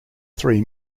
three